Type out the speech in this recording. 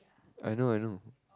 I know I know